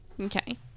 Okay